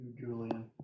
Julian